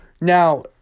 Now